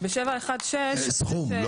סכום.